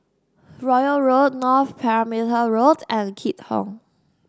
Royal Road North Perimeter Road and Keat Hong